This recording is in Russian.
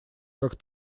как